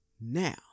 now